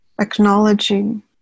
acknowledging